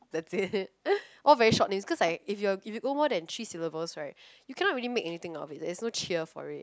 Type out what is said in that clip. that's it all very short names cause I if I if you go anything more than three syllables right you can't really make anything out of it there's no cheer for it